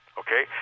okay